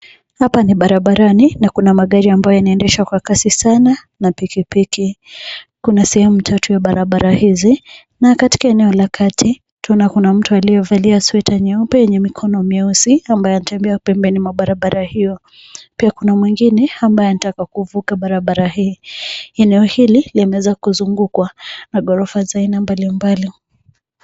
Hapa ni barabarani na kuna magari ambayo yanaendeshwa kwa kasi sana na pikipiki. Kuna sehemu tatu ya barabara hizi na katika eneo la kati tunaona kuna mtu aliyevalia sweta nyeupe yenye mikono meusi ambaye anatembea pembeni mwa barabara hiyo. Pia kuna mwingine ambaye anataka kuvuka barabara hii. Eneo hili limeweza kuzungukwa na ghorofa za aina mbalimbali.